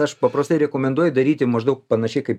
aš paprastai rekomenduoju daryti maždaug panašiai kaip